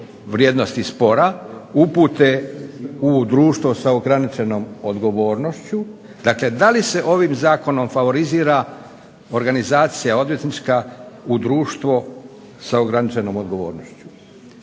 vrijednosti spora upute u društvo s ograničenom odgovornošću, dakle da li se ovim zakonom favorizira organizacija odvjetnička u društvo sa ograničenom odgovornošću?